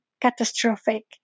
catastrophic